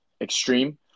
extreme